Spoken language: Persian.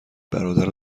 برادر